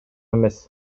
эмес